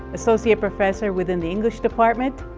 associate professor within the english department,